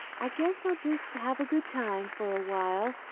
i guess i'll just have a good time for a while,